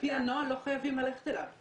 על פי הנוהל לא חייבים ללכת אליו.